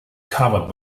covered